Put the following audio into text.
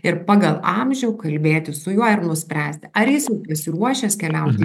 ir pagal amžių kalbėtis su juo ir nuspręsti ar jis pasiruošęs keliauti